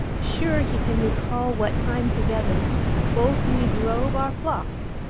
sure he can recall what time together both we drove our flocks,